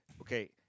Okay